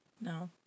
No